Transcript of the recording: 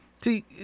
See